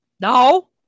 No